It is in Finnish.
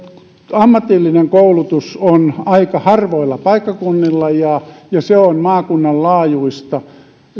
ammatillinen koulutus on aika harvoilla paikkakunnilla ja ja se on maakunnan laajuista